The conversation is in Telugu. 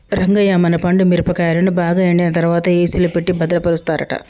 రంగయ్య మన పండు మిరపకాయలను బాగా ఎండిన తర్వాత ఏసిలో ఎట్టి భద్రపరుస్తారట